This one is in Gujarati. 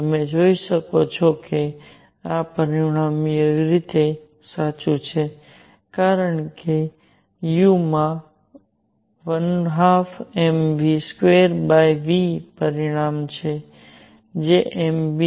તમે જોઈ શકો છો કે આ પરિમાણીય રીતે સાચું છે કારણ કે u માં 12mv2v પરિમાણ છે જે m v